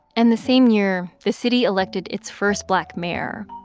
and the same year, the city elected its first black mayor,